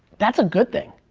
that's a good thing.